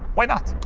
why not?